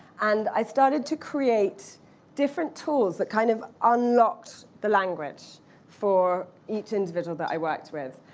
and i started to create different tools that kind of unlocked the language for each individual that i worked with.